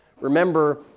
remember